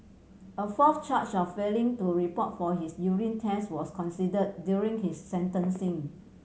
a fourth charge of failing to report for his urine test was considered during his sentencing